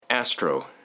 Astro